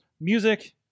music